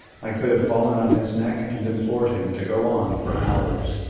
i could have fallen on his neck and implored him to go on for hours.